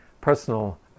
personal